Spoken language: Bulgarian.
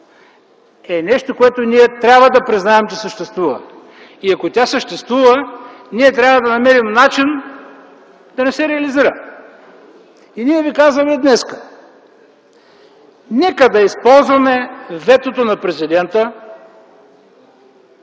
е нещото, което трябва да признаем, че съществува. И ако тя съществува, трябва да намерим начин да не се реализира. Ние ви казваме днес: нека да използваме ветото на президента,